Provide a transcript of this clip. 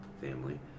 family